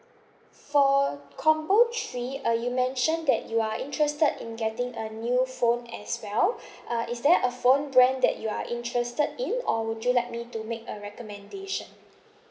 for combo three uh you mentioned that you are interested in getting a new phone as well uh is there a phone brand that you are interested in or would you like me to make a recommendation